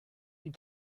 you